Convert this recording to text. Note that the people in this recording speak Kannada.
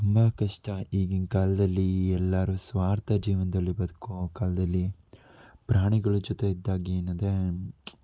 ತುಂಬ ಕಷ್ಟ ಈಗಿನ ಕಾಲದಲ್ಲಿ ಎಲ್ಲರೂ ಸ್ವಾರ್ಥ ಜೀವನದಲ್ಲಿ ಬದುಕೋ ಕಾಲದಲ್ಲಿ ಪ್ರಾಣಿಗಳು ಜೊತೆ ಇದ್ದಾಗ ಏನಿದೆ